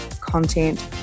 content